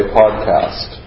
podcast